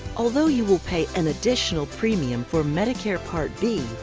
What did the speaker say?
although you will pay an additional premium for medicare part b,